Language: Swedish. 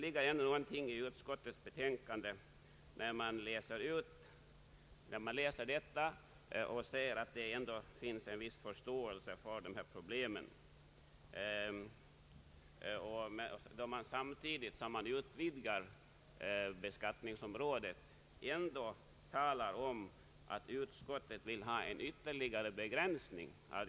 I utskottets betänkande kan man läsa ut att det ändå finns en viss förståelse för problemen. Samtidigt som beskattningsområdet utvidgas talar utskottet nämligen om att området borde begränsas.